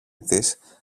της